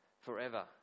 forever